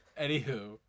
anywho